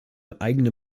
eigene